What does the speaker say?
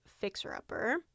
fixer-upper